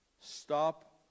Stop